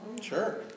Sure